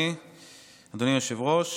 אדוני היושב-ראש,